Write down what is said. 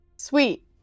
Sweet